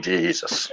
Jesus